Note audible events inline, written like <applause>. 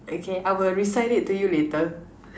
okay I will recite it to you later <laughs>